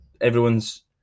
everyone's